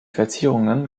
verzierungen